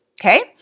okay